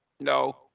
No